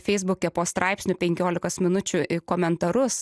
feisbuke po straipsniu penkiolikos minučių komentarus